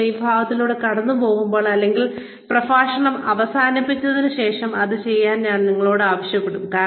നിങ്ങൾ ഈ വിഭാഗത്തിലൂടെ കടന്നുപോകുമ്പോൾ അല്ലെങ്കിൽ പ്രഭാഷണം അവസാനിച്ചതിന് ശേഷം അത് ചെയ്യാൻ ഞാൻ നിങ്ങളോട് ആവശ്യപ്പെടും